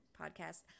podcast